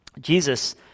Jesus